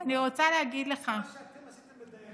אני רוצה להגיד לך, זה מה שאתם עשיתם בדיינים.